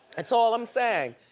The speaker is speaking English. that's all i'm saying.